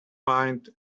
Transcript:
pint